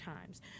times